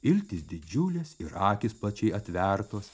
iltys didžiulės ir akys plačiai atvertos